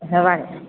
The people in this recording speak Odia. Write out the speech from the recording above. ହେବା ଆଜ୍ଞା